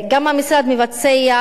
גם המשרד מבצע,